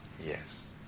Yes